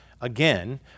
again